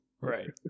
Right